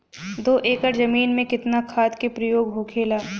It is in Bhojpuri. दो एकड़ जमीन में कितना खाद के प्रयोग होखेला?